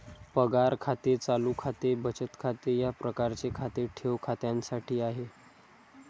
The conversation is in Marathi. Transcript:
पगार खाते चालू खाते बचत खाते या प्रकारचे खाते ठेव खात्यासाठी आहे